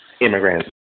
Immigrants